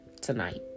tonight